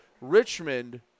Richmond